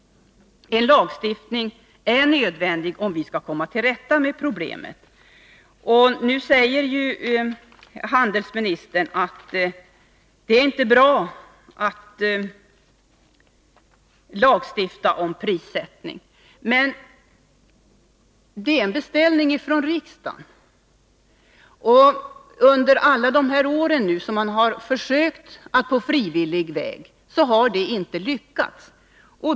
En lagstiftning är nödvändig, om vi skall komma till rätta med problemet. Nu säger handelsministern att det inte är bra att lagstifta om prissättning. Men det är en beställning från riksdagen, och under alla de här åren som man har försökt gå fram på frivillig väg har man inte lyckats.